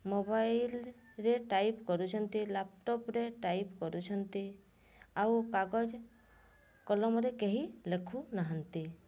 ମୋବାଇଲ୍ରେ ଟାଇପ୍ କରୁଛନ୍ତି ଲାପଟପ୍ରେ ଟାଇପ୍ କରୁଛନ୍ତି ଆଉ କାଗଜ କଲମରେ କେହି ଲେଖୁ ନାହାନ୍ତି